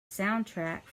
soundtrack